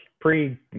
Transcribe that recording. pre